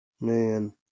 Man